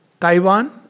Taiwan